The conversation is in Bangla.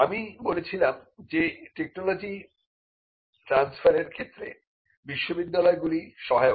আমি বলেছিলাম যে টেকনোলজি ট্রান্সফারের ক্ষেত্রে বিশ্ববিদ্যালয়গুলি সহায়ক